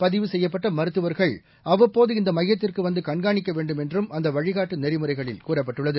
பதிவு செய்யப்பட்டமருத்துவர்கள் அவ்வப்போது இந்தமையத்திற்குவந்து கண்காணிக்கவேண்டும் என்றும் அந்தவழிகாட்டுநெறிமுறைகளில் கூறப்பட்டுள்ளது